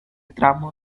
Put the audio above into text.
tramo